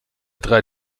drei